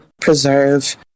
preserve